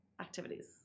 activities